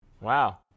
Wow